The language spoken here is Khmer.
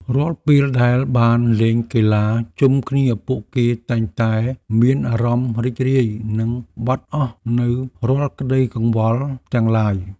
រាល់ពេលដែលបានលេងកីឡាជុំគ្នាពួកគេតែងតែមានអារម្មណ៍រីករាយនិងបាត់អស់នូវរាល់ក្ដីកង្វល់ទាំងឡាយ។